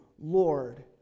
Lord